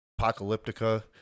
Apocalyptica